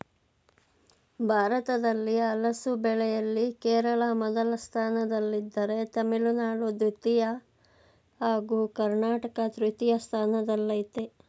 ಭಾರತದಲ್ಲಿ ಹಲಸು ಬೆಳೆಯಲ್ಲಿ ಕೇರಳ ಮೊದಲ ಸ್ಥಾನದಲ್ಲಿದ್ದರೆ ತಮಿಳುನಾಡು ದ್ವಿತೀಯ ಹಾಗೂ ಕರ್ನಾಟಕ ತೃತೀಯ ಸ್ಥಾನದಲ್ಲಯ್ತೆ